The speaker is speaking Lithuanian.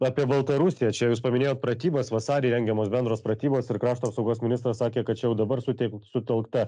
apie baltarusiją čia jūs paminėjot pratybas vasarį rengiamos bendros pratybos ir krašto apsaugos ministras sakė kad čia jau dabar suteik sutelkta